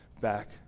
back